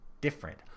different